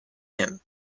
him